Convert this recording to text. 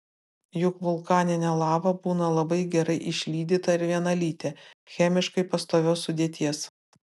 juk vulkaninė lava būna labai gerai išlydyta ir vienalytė chemiškai pastovios sudėties